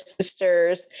sisters